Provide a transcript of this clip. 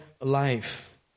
life